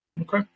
Okay